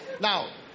now